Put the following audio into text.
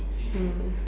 hmm